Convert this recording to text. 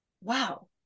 Wow